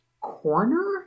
corner